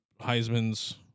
Heisman's